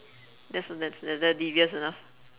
that's uh that's that's is that devious enough